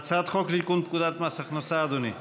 אדוני.